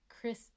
Chris